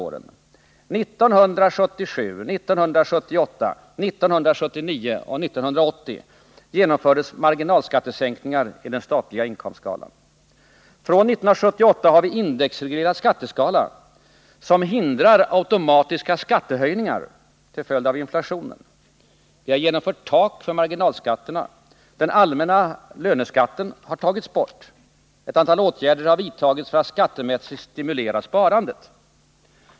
Åren 1977, 1978, 1979 och 1980 genomfördes marginalskattesänkningar i den statliga inkomstskalan. Från 1978 har vi en indexreglerad skatteskala som förhindrar automatiska skattehöjningar till följd av inflationen. Vi har genomfört ett tak för marginalskatterna, den allmänna löneskatten har tagits bort, och ett antal åtgärder har vidtagits för att skattemässigt stimulera sparandet.